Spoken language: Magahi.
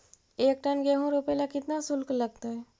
एक टन गेहूं रोपेला केतना शुल्क लगतई?